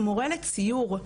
למורה לציור,